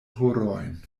horojn